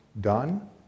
done